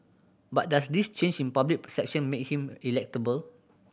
but does this change in public perception make him electable